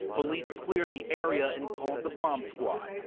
police cleared the area and called the bomb squad.